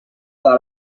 got